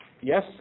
yes